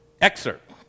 Excerpt